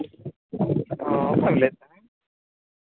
ᱚᱠᱚᱭ ᱞᱟᱹᱭᱮᱫ ᱠᱟᱱᱟᱭᱮᱢ